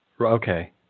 okay